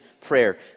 prayer